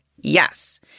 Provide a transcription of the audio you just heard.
Yes